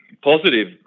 Positive